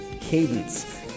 Cadence